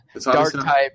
Dark-type